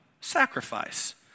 sacrifice